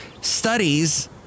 Studies